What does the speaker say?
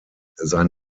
sein